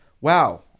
wow